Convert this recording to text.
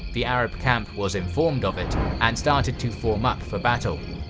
the arab camp was informed of it and started to form up for battle.